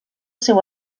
seu